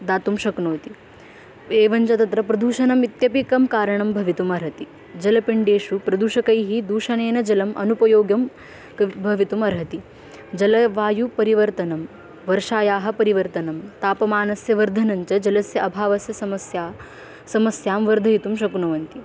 दातुं शक्नोति एवञ्च तत्र प्रदूषणम् इत्यपि एकं कारणं भवितुमर्हति जलपिण्डेषु प्रदूषकैः दूषणेन जलम् अनुपयोगं कव् भवितुमर्हति जलवायुपरिवर्तनं वर्षायाः परिवर्तनं तापमानस्य वर्धनं च जलस्य अभावस्य समस्या समस्यां वर्धयितुं शक्नुवन्ति